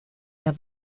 der